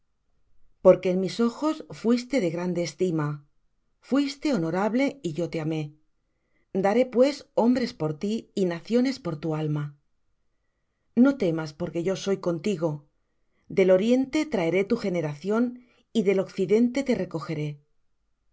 porque en mis ojos fuiste de grande estima fuiste honorable y yo te amé daré pues hombres por ti y naciones por tu alma no temas porque yo soy contigo del oriente traeré tu generación y del occidente te recogeré diré